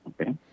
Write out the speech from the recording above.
okay